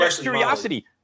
curiosity